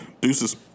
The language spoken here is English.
Deuces